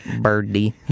Birdie